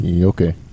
Okay